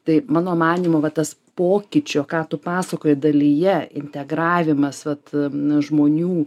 tai mano manymu va tas pokyčio ką tu pasakojai dalyje integravimas vat žmonių